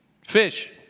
fish